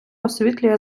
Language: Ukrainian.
освітлює